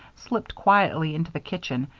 slipped quietly into the kitchen,